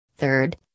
Third